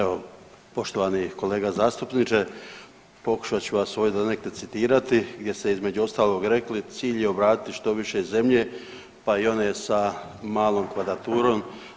Evo, poštovani kolega zastupniče pokušat ću vas ovdje donekle citirati jer ste između ostalog rekli, cilj je obratiti što više zemlje pa i one sa malom kvadraturom.